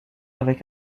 avec